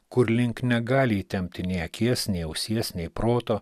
kur link negali įtempti nei akies nei ausies nei proto